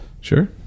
Sure